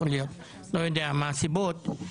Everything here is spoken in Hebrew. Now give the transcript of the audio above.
לא יודע מה הסיבות,